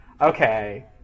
Okay